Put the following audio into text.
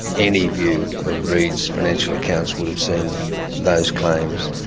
any view of reed's financial accounts would have seen those claims.